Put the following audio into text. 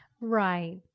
Right